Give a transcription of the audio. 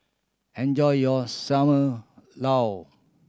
enjoy your Sam Lau